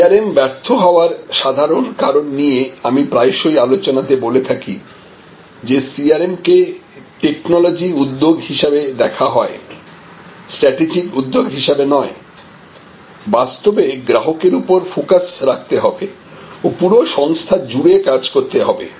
CRM ব্যর্থ হওয়ার সাধারণ কারণ নিয়ে আমি প্রায়শই আলোচনাতে বলে থাকি যে CRM কে টেকনোলজি উদ্যোগ হিসাবে দেখা হয় স্ট্র্যাটেজিক উদ্যোগ হিসেবে নয় বাস্তবে গ্রাহকের উপর ফোকাস রাখতে হবে ও পুরো সংস্থা জুড়ে কাজ করতে হবে